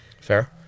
Fair